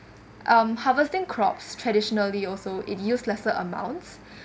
um harvesting crops traditionally also it use lesser amounts